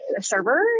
server